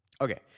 Okay